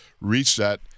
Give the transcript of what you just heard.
reset